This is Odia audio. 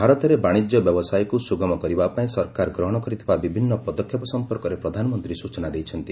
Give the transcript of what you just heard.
ଭାରତରେ ବାଣିଜ୍ୟ ବ୍ୟବସାୟକୁ ସୁଗମ କରିବା ପାଇଁ ସରକାର ଗ୍ରହଣ କରିଥିବା ବିଭିନ୍ନ ପଦକ୍ଷେପ ସମ୍ପର୍କରେ ପ୍ରଧାନମନ୍ତ୍ରୀ ସ୍କଚନା ଦେଇଛନ୍ତି